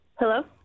Hello